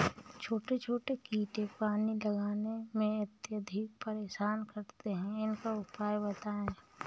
छोटे छोटे कीड़े पानी लगाने में अत्याधिक परेशान करते हैं इनका उपाय बताएं?